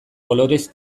kolorez